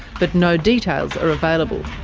but no details are available.